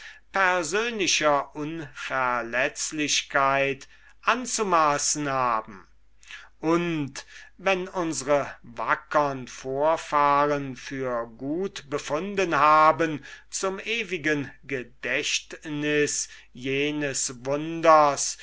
persönlichen unverletzlichkeit anzumaßen haben und wenn unsre wackern vorfahren für gut befunden haben zum ewigen gedächtnis jenes wunders